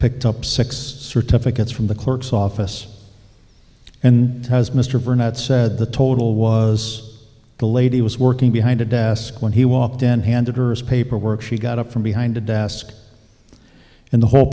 picked up six certificates from the clerk's office and as mr burnett said the total was the lady was working behind a desk when he walked in and handed her paperwork she got up from behind a desk and the whole